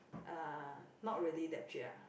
uh not really that cheap ah